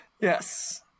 Yes